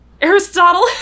aristotle